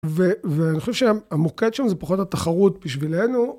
ואני חושב שהמוקד שם זה פחות התחרות בשבילנו.